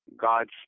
God's